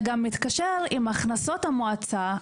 זה גם מתקשר עם הכנסות המועצה,